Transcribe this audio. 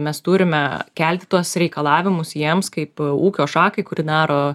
mes turime kelti tuos reikalavimus jiems kaip ūkio šakai kuri daro